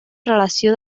relació